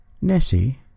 Nessie